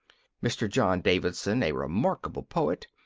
mr. john davidson, a remarkable poet,